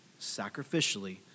sacrificially